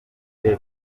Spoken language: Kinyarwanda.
mfite